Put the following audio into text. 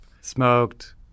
smoked